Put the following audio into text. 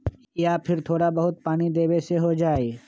या फिर थोड़ा बहुत पानी देबे से हो जाइ?